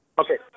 Okay